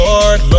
Lord